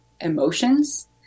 emotions